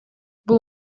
бул